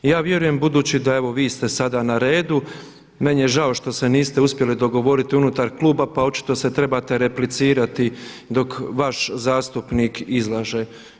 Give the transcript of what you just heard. Ja vjerujem budući da evo vi ste sada na redu, meni je žao što se niste uspjeli dogovoriti unutar kluba pa očito se trebate replicirati dok vaš zastupnik izlaže.